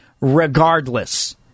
regardless